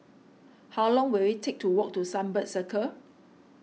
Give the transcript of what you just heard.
how long will it take to walk to Sunbird Circle